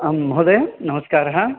आम् महोदय नमस्कारः